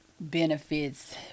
benefits